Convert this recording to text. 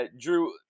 Drew